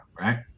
right